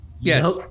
Yes